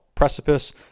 Precipice